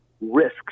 risks